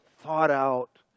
thought-out